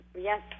Yes